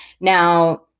now